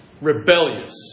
Rebellious